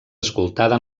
escoltada